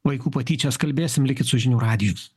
vaikų patyčias kalbėsim likit su žinių radiju